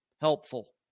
helpful